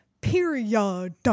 Period